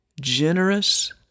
Generous